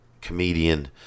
comedian